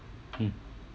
mm